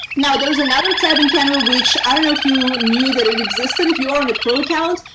now, there's another tab in canva, which i don't know if you knew that it existed. if you are on a pro account,